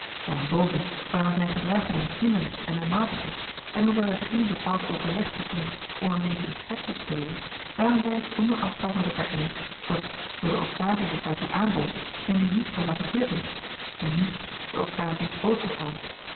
daarenboven waren zijne gedragingen hinderlijk en aanmatigend en hoewel er geen bepaald overleg bestond om hem eens een trek te spelen waren zij het zonder afspraak met elkaâr eens dat zoo de occasie zich daartoe aanbood men die niet zou laten glippen en nu de occasie bood zich aan